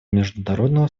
международного